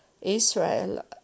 Israel